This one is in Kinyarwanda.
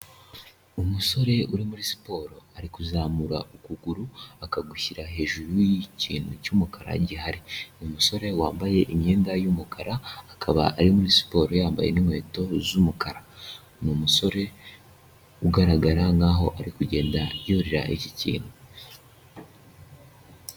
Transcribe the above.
Umusore uri muri siporo ari kuzamura ukuguru akagushyira hejuru y'ikintu cy'umukara gihari, ni umusore wambaye imyenda y'umukara akaba ari muri siporo yambaye inkweto z'umukara, ni umusore ugaragara nk'aho ari kugenda yurira iki kintu.